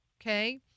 Okay